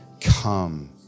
Come